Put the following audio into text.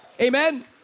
Amen